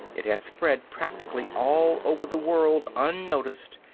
it had spread practically all over the world unnoticed,